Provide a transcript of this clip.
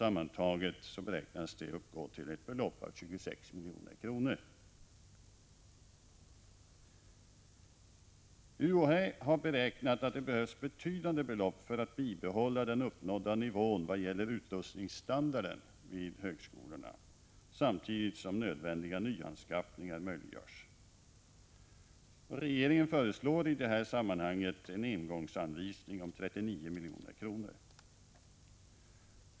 Sammantaget beräknas det uppgå till ett belopp av 26 milj.kr. UHÄ har beräknat att det behövs betydande belopp för att bibehålla den uppnådda nivån vad gäller utrustningsstandarden vid högskolorna samtidigt som nödvändiga nyanskaffningar möjliggörs. Regeringen föreslår i detta sammanhang en engångsanvisning om 39 milj.kr.